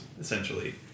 essentially